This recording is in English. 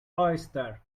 oyster